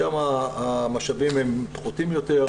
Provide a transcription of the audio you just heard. שם המשאבים פחותים יותר,